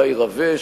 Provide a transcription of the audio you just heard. גיא רווה,